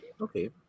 okay